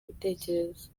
ibitekerezo